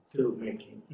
filmmaking